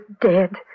dead